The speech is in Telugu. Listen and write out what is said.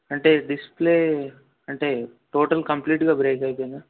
అంటే డిస్ప్లే అంటే టోటల్ కంప్లీట్గా బ్రేక్ అయిపోయిందా